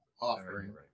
offering